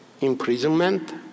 imprisonment